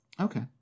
Okay